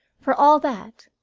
for all that,